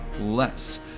less